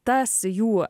tas jų